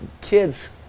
kids